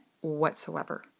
whatsoever